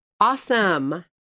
Awesome